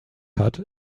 hat